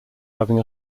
having